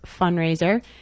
Fundraiser